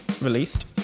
released